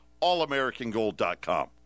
allamericangold.com